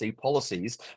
policies